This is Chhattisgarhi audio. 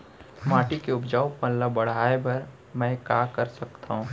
माटी के उपजाऊपन ल बढ़ाय बर मैं का कर सकथव?